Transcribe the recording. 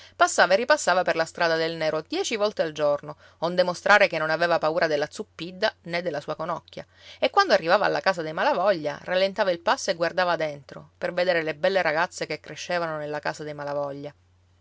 passava e ripassava per la strada del nero dieci volte al giorno onde mostrare che non aveva paura della zuppidda né della sua conocchia e quando arrivava alla casa dei malavoglia rallentava il passo e guardava dentro per vedere le belle ragazze che crescevano nella casa dei malavoglia